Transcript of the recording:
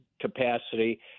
capacity